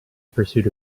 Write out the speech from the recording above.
pursuit